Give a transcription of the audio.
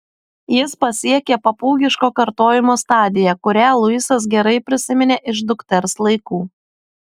jis pasiekė papūgiško kartojimo stadiją kurią luisas gerai prisiminė iš dukters laikų